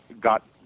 got